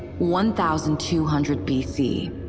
one thousand two hundred bc.